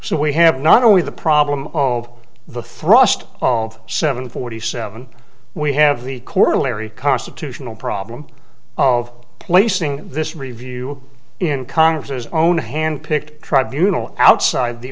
so we have not only the problem of the thrust of seven forty seven we have the corollary constitutional problem of placing this review in congress's own hand picked tribunals outside the